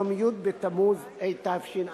ליום י' בתמוז התשע"ב,